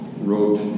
wrote